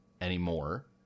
anymore